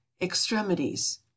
extremities